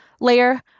layer